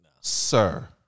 Sir